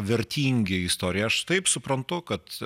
vertingi istorija aš taip suprantu kad